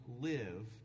live